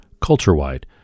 culture-wide